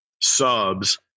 subs